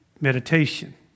meditation